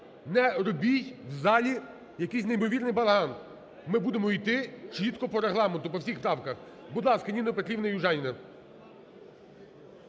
не робіть в залі якийсь неймовірний балаган, ми будемо іти чітко по Регламенту, по всіх правках. Будь ласка, Ніна Петрівна Южаніна.